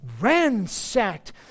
ransacked